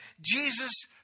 Jesus